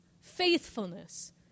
faithfulness